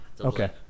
Okay